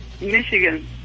Michigan